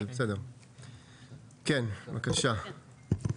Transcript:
כן, בבקשה.